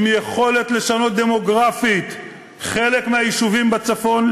עם יכולת לשנות דמוגרפית חלק מהיישובים בצפון,